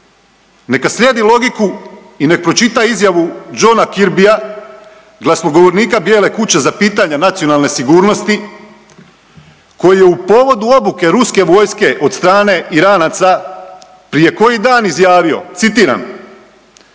neka slijedi logiku i nek pročita izjavu Johna Kirbiya glasnogovornika Bijele kuće za pitanja nacionalne sigurnosti koji je u povodu obuke ruske vojske od strane Iranaca prije koji dan izjavio. Citiram,